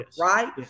right